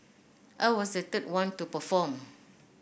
I was the third one to perform